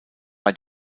bei